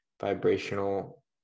vibrational